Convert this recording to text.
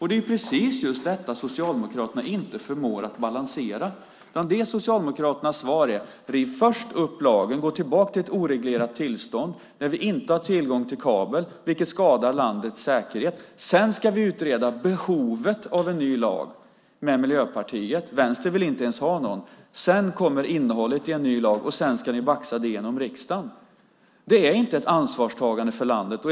Det är just det som Socialdemokraterna inte förmår balansera. Socialdemokraternas svar är: Riv först upp lagen, gå tillbaka till ett oreglerat tillstånd där vi inte har tillgång till kabel vilket skadar landets säkerhet, sedan ska vi utreda behovet av en ny lag med Miljöpartiet. Vänstern vill inte ens ha någon. Därefter kommer innehållet i en ny lag och sedan ska ni baxa igenom det i riksdagen. Det är inte att ta ansvar för landet.